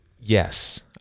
yes